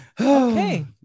Okay